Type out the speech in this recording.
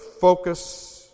focus